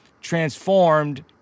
transformed